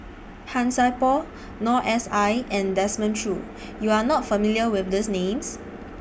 Han Sai Por Noor S I and Desmond Choo YOU Are not familiar with These Names